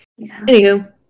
anywho